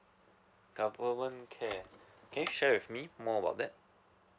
government care okay share with me more about that